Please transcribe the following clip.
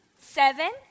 seven